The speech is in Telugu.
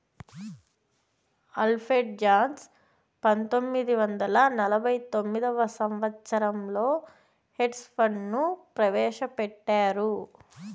అల్ఫ్రెడ్ జోన్స్ పంతొమ్మిది వందల నలభై తొమ్మిదవ సంవచ్చరంలో హెడ్జ్ ఫండ్ ను ప్రవేశపెట్టారు